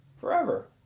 Forever